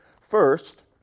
First